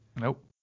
Nope